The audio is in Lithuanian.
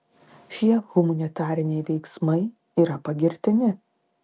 šie humanitariniai veiksmai yra pagirtini